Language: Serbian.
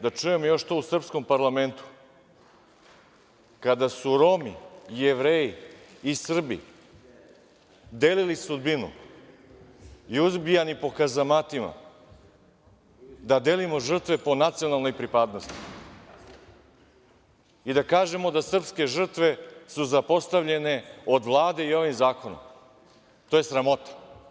Da čujem to u srpskom parlamentu, kada su Romi, Jevreji i Srbi delili sudbinu i ubijani po kazamatima, da delimo žrtve po nacionalnoj pripadnosti i da kažemo da su srpske žrtve zapostavljene od Vlade i ovim zakonom, to je sramota.